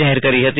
જાહેર કરી હતી